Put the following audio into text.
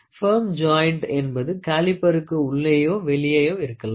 form joint என்பது காலிபருக்கு உள்ளேயோ வெளியேயோ இருக்கலாம்